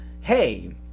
hey